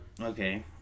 okay